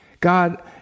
God